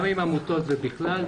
גם עם עמותות ובכלל.